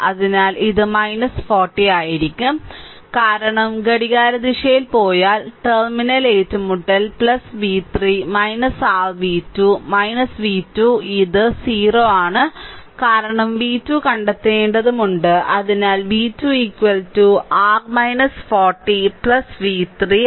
അതിനാൽ ഇത് 40 ആയിരിക്കും കാരണം ഘടികാരദിശയിൽ പോയാൽ ടെർമിനൽ ഏറ്റുമുട്ടൽ v3 r v2 v2 ഇത് 0 ആണ് കാരണം v2 കണ്ടെത്തേണ്ടതുണ്ട് അതിനാൽ v2 r 40 v3